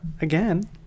again